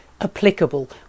applicable